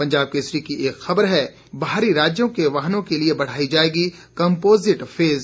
पंजाब केसरी की एक खबर है बाहरी राज्यों के वाहनों के लिए बढ़ाई जाएगी कंपोजिट फीस